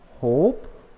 Hope